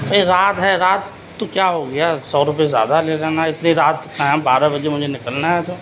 یہ رات ہے رات تو کیا ہو گیا سو روپیے زیادہ لے لینا اتنی رات کہاں ہے بارہ بجے مجھے نکلنا ہے تو